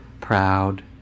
proud